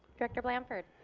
director blanford.